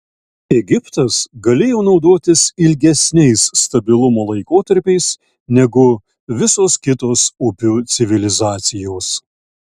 egiptas galėjo naudotis ilgesniais stabilumo laikotarpiais negu visos kitos upių civilizacijos